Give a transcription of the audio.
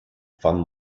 fun